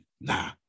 Nah